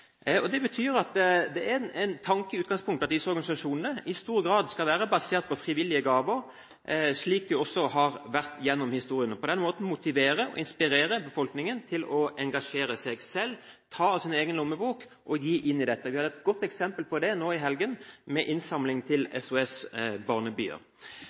utfordring. Det betyr at tanken i utgangspunktet er at disse organisasjonene i stor grad skal være basert på frivillige gaver, slik de også har vært gjennom historien, og på den måten motivere og inspirere befolkningen til å engasjere seg selv, ta av sin egen lommebok og gi inn i dette. Vi hadde et godt eksempel på det nå i helgen med innsamling til